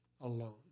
alone